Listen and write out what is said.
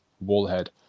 Wallhead